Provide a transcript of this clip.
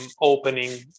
opening